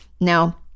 Now